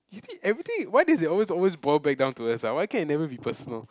you think everything why does it always always boil back down to us ah why can't it never be personal